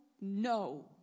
no